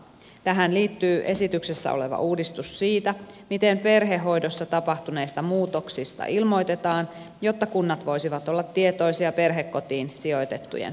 tähän liittyy esityksessä oleva uudistus siitä miten perhehoidossa tapahtuneista muutoksista ilmoitetaan jotta kunnat voisivat olla tietoisia perhekotiin sijoitettujen asemasta